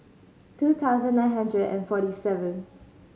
two thousand nine hundred and forty seven